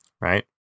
right